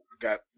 got